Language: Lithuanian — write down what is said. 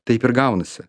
taip ir gaunasi